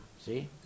See